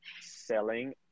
selling